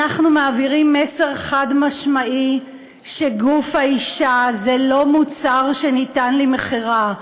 אנחנו מעבירים מסר חד-משמעי שגוף האישה הוא לא מוצר שניתן למכירה.